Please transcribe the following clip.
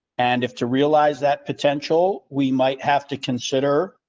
and if to realise that potential, we might have to consider.